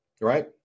right